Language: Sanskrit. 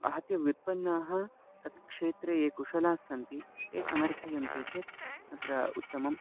आहत्य व्युत्पन्नाः तत् क्षेत्रे ये कुशलास्सन्ति ते समर्थयन्ते चेत् अत्र उत्तमम्